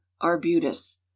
arbutus